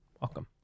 welcome